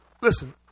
Listen